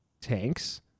tanks